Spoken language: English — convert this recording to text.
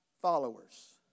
followers